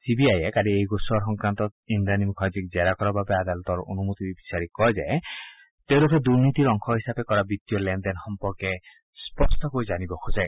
C বি আইয়ে কালি এই গোচৰ সংক্ৰান্তত ইন্দ্ৰানী মুখাৰ্জীক জেৰা কৰাৰ বাবে আদালতৰ অনুমতি বিচাৰি কয় যে তেওঁলোকে দুৰ্নীতিৰ অংশ হিচাপে কৰা বিত্তীয় লেনদেন সম্পৰ্কে স্পষ্টকৈ জানিব খোজে